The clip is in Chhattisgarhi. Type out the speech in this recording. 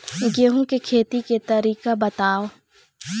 गेहूं के खेती के तरीका बताव?